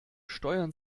steuern